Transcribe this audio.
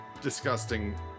disgusting